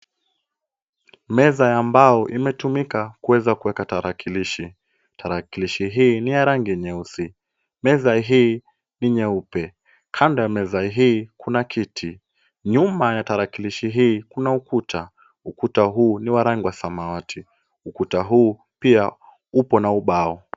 Meza ya mbao imetumika kuweza kuweka tarakilishi. Tarakilishi hii ni ya rangi nyeusi. Meza hii ni nyeupe. Kando ya meza hii kuna kiti. Nyuma ya tarakilishi hii kuna ukuta. Ukuta huu ni wa rangi ya samawati. Ukuta huu pia uko na ubao.